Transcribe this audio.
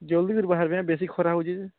ଜଲ୍ଦି କରି ବାହାରିବେ ବେଶୀ ଖରା ହେଉଛି ଯେ